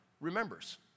remembers